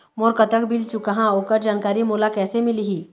मोर कतक बिल चुकाहां ओकर जानकारी मोला कैसे मिलही?